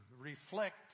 reflect